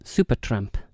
Supertramp